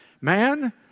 Man